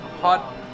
hot